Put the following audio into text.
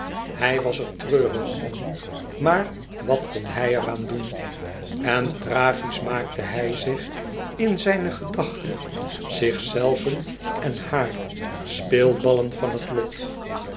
hij was er treurig om maar wat kon hij er aan doen en tragisch maakte hij zich in zijne gedachte zichzelven en haar speelballen van het lot